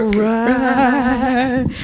right